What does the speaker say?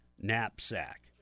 knapsack